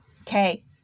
okay